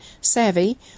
Savvy